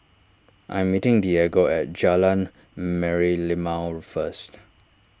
I am meeting Diego at Jalan Merlimau first